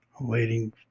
waiting